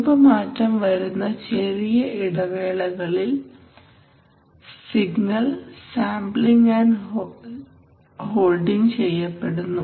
രൂപമാറ്റം വരുന്ന ചെറിയ ഇടവേളയിൽ സിഗ്നൽ സാംപ്ലിങ് ആൻഡ് ഹോൾഡിങ് ചെയ്യപ്പെടുന്നു